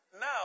now